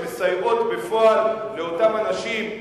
שמסייעות בפועל לאותם אנשים,